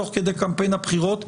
תוך כדי קמפיין הבחירות,